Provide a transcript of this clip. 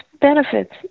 benefits